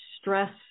stress